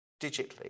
digitally